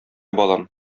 балам